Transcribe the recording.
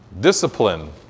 discipline